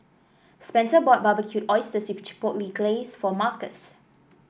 Spencer bought Barbecued Oysters with Chipotle Glaze for Markus